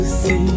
see